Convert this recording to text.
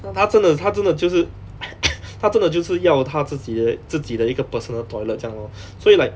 她真的她真的就是 她真的就是要她自己的自己的一个 personal toilet 这样 lor 所以 like